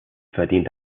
verdient